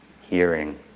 hearing